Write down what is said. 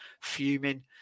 fuming